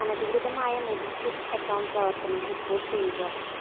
അനധികൃതമായ MobiKwik account പ്രവർത്തനം report ചെയ്യുക